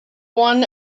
one